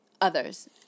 others